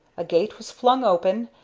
a gate was flung open,